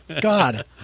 God